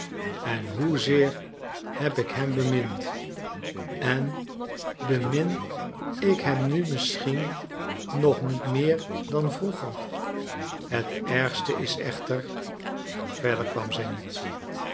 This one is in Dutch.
en hoe zeer heb ik hem bemind en bemin ik hem nu misschien nog niet meer dan vroeger het ergste is echter verder kwam zij niet